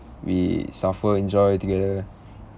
we suffer enjoy together